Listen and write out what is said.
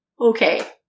okay